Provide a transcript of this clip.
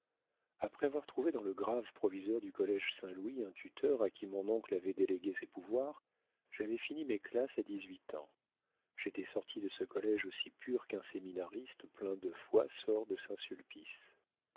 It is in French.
après avoir trouvé dans le grave proviseur du collége saint-louis un tuteur à qui mon oncle avait délégué ses pouvoirs j'avais fini mes classes à dix-huit ans j'étais sorti de ce collége aussi pur qu'un séminariste plein de foi sort de saint-sulpice